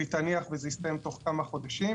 וזה יסתיים תוך כמה חודשים.